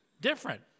different